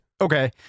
Okay